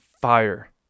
fire